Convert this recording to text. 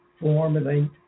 formulate